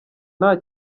nta